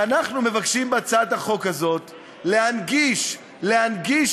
ואנחנו מבקשים בהצעת החוק הזאת להנגיש, להנגיש